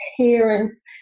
parents